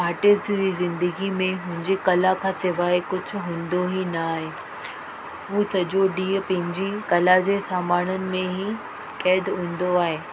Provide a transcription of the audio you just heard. artist जी जिंदगी में हुनजी कला खां सवाइ कुझु हूंदो ई न आहे हू सॼो ॾींहुं पंहिंजी कला जे सामाणनि में ई क़ैद हूंदो आहे